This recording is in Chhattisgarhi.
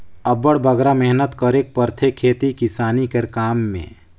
अब्बड़ बगरा मेहनत करेक परथे खेती किसानी कर काम में